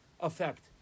effect